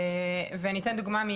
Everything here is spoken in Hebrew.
אני אתן שתי דוגמאות